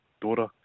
daughter